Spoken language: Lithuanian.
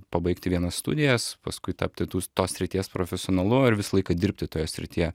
pabaigti vienas studijas paskui tapti tų tos srities profesionalu ir visą laiką dirbti toje srityje